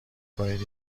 کنید